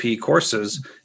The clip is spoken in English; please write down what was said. courses